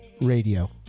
Radio